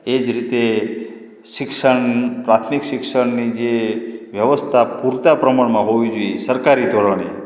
એજ રીતે શિક્ષણ પ્રાથમિક શિક્ષણની જે વ્યવસ્થા પૂરતાં પ્રમાણમાં હોવી જોઇએ સરકારી ધોરણે